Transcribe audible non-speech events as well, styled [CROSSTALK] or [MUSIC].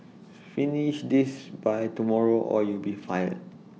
[NOISE] finish this by tomorrow or you'll be fired